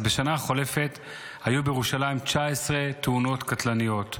אז בשנה החולפת היו בירושלים 19 תאונות קטלניות,